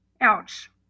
Ouch